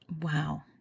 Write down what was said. Wow